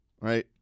right